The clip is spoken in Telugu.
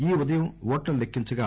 ఈ ఉదయం ఓట్లను లెక్కించగా